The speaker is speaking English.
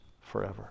forever